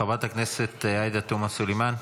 חברת הכנסת עאידה תומא סלימאן,